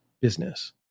business